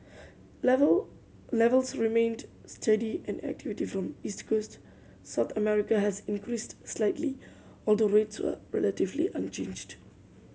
level levels remained steady and activity from East Coast South America has increased slightly although rates were relatively unchanged